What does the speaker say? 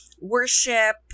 worship